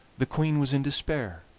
the queen was in despair,